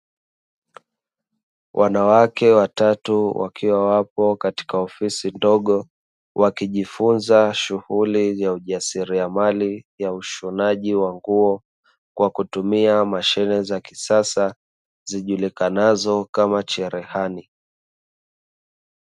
Wanawake watatu wakiwa wapo katika ofisi ndogo, wakijifunza shughuli ya ujasiriamali ya ushonaji wa nguo, kwa kutumia mashine za kisasa zijulikanazo kama cherehani.